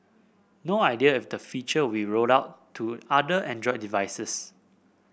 no idea if the feature will rolled out to other Android devices